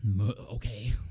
Okay